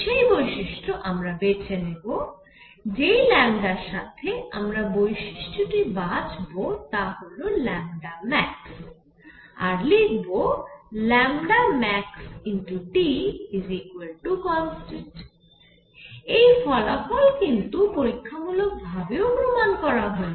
সেই বৈশিষ্ট্য আমরা বেছে নেব যেই র সাথে আমরা বৈশিষ্ট্যটি বাছব তা হল max আর লিখব maxTconstant এই ফলাফল কিন্তু পরীক্ষামূলক ভাবেও প্রমাণ করা হয়েছে